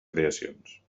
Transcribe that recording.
creacions